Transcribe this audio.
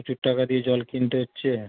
প্রচুর টাকা দিয়ে জল কিনতে হচ্ছে